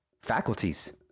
faculties